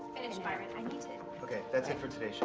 finish, byron. okay, that's it for today show,